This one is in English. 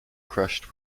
crushed